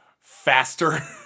faster